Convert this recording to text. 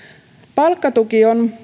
palkkatuki on